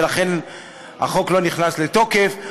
ולכן החוק לא נכנס לתוקף.